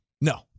No